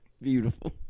Beautiful